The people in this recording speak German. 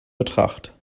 betracht